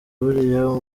buriya